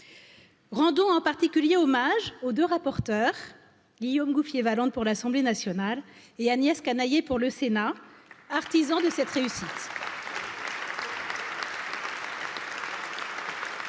Rendons en particulier hommage aux deux rapporteurs, Guillaume Gouffier Valent pour l'assemblée nationale Canaille pour le Sénat, partisan de cette réussite. Nous le